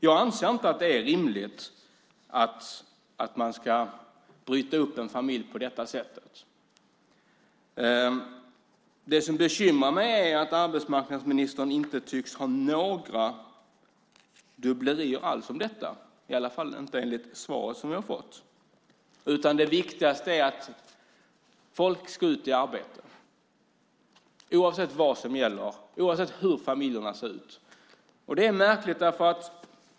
Jag anser inte att det är rimligt att man ska bryta upp en familj på detta sätt. Det som bekymrar mig är att arbetsmarknadsministern inte tycks ha några som helst grubblerier om detta, åtminstone inte enligt det svar som vi har fått. Det viktiga för honom är att folk ska ut i arbete, oavsett hur familjerna ser ut. Detta är märkligt.